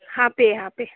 ꯍꯥꯞꯄꯦ ꯍꯥꯞꯄꯦ